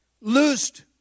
loosed